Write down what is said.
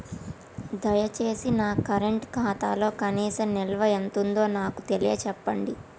దయచేసి నా కరెంట్ ఖాతాలో కనీస నిల్వ ఎంతుందో నాకు తెలియచెప్పండి